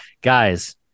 Guys